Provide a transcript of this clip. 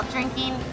Drinking